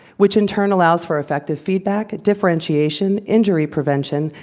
which in turn allows for effective feedback, differentiation, injury prevention,